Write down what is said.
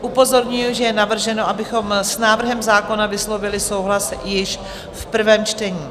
Upozorňuji, že je navrženo, abychom s návrhem zákona vyslovili souhlas již v prvém čtení.